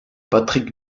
patrick